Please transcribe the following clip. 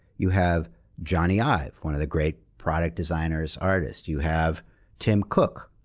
you have jony ive, one of the great product designers, artists. you have tim cook.